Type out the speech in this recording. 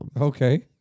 okay